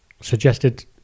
suggested